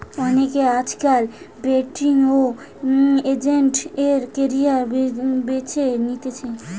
অনেকে আজকাল banking agent এর ক্যারিয়ার বেছে নিতেছে